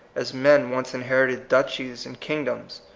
as men once inherited duchies and kingdoms,